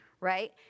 right